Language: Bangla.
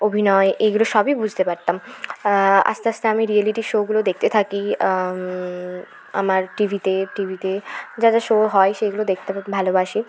অভিনয় এগুলো সবই বুঝতে পারতাম আস্তে আস্তে আমি রিয়েলিটি শোগুলো দেখতে থাকি আমার টিভিতে টিভিতে যা যা শো হয় সেইগুলো দেখতে আমি ভালোবাসি